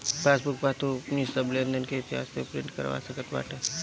passbook पअ तू अपनी सब लेनदेन के इतिहास के प्रिंट करवा सकत बाटअ